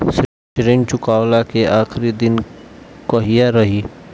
ऋण चुकव्ला के आखिरी दिन कहिया रही?